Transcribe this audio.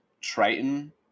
triton